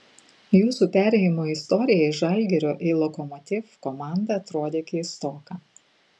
jūsų perėjimo istorija iš žalgirio į lokomotiv komandą atrodė keistoka